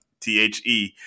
T-H-E